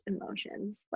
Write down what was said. emotions